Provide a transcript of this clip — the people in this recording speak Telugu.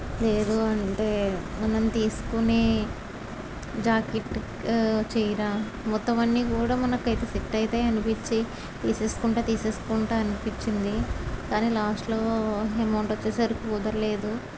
లేదు అని అంటే మనం తీసుకునే జాకెట్టు చీర మొత్తం అన్నీ కూడా మనకైతే సెట్ అవుతాయి అనిపించి తీసేసుకుంటే తీసేసుకుంటాను అనిపించింది కానీ లాస్ట్ లో అమౌంట్ వచ్చేసరికి కుదరలేదు